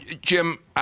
Jim